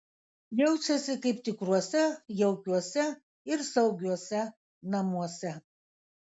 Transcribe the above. jaučiasi kaip tikruose jaukiuose ir saugiuose namuose